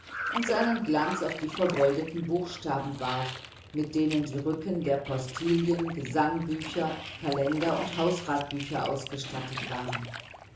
und seinen glanz auf die vergoldeten buchstaben warf mit denen die rücken der postillen gesangbücher kalender und hausratbücher ausgestattet waren